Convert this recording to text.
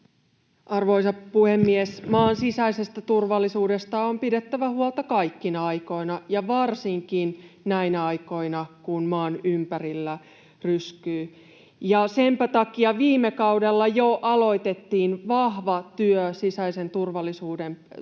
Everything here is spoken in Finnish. Arvoisa puhemies! Maan sisäisestä turvallisuudesta on pidettävä huolta kaikkina aikoina ja varsinkin näinä aikoina, kun maan ympärillä ryskyy. Senpä takia viime kaudella jo aloitettiin vahva työ sisäiseen turvallisuuteen panostamiseksi.